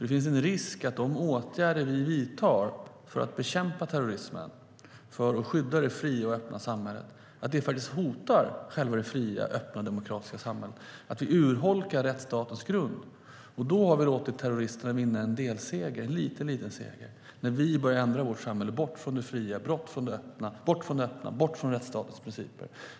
Det finns en risk att de åtgärder vi vidtar för att bekämpa terrorismen, för att skydda det fria och öppna samhället, faktiskt hotar det fria, öppna och demokratiska samhället och att vi urholkar rättsstatens grund. Då har vi låtit terroristerna vinna en delseger. Det är en liten seger för dem när vi börjar ändra vårt samhälle bort från det fria och öppna och bort från rättsstatens principer.